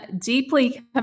deeply